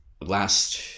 last